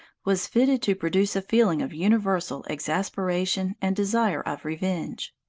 was fitted to produce a feeling of universal exasperation and desire of revenge.